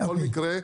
בכל מקרה,